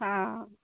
हँ